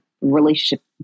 relationship